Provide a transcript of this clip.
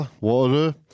Water